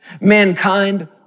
Mankind